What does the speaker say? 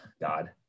God